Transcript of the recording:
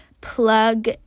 plug